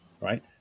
right